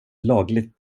lagligt